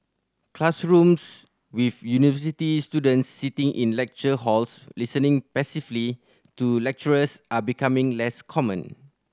classrooms with university students sitting in lecture halls listening passively to lecturers are becoming less common